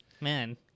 Man